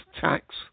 tax